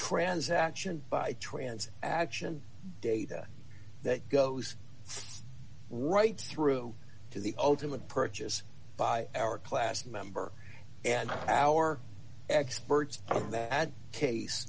transaction by trans action data d that goes right through to the ultimate purchase by our class member and our experts of that case